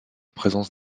présence